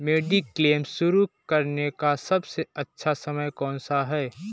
Mediclaim शुरू करने का सबसे अच्छा समय कौनसा है?